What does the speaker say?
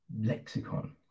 lexicon